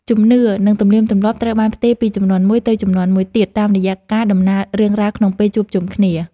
ជំនឿនិងទំនៀមទម្លាប់ត្រូវបានផ្ទេរពីជំនាន់មួយទៅជំនាន់មួយទៀតតាមរយៈការតំណាលរឿងរ៉ាវក្នុងពេលជួបជុំគ្នា។